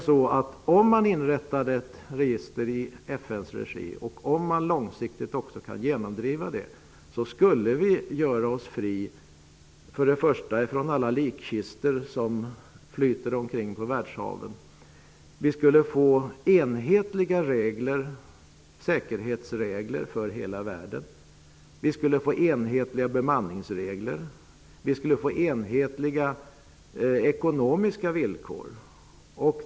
Om ett register inrättas i FN:s regi och drivs igenom långsiktigt, skulle vi kunna göra oss fria från först och främst alla likkistor som flyter omkring på världshaven. Vi skulle få enhetliga säkerhetsregler för hela världen. Vi skulle få enhetliga bemanningsregler. Vi skulle få enhetliga ekonomiska villkor.